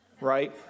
right